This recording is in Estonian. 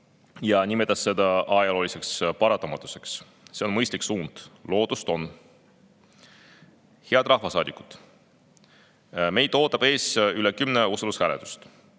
ja nimetas seda ajalooliseks paratamatuseks. See on mõistlik suund. Lootust on! Head rahvasaadikud! Meid ootab ees üle kümne usaldushääletuse.